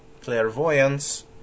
clairvoyance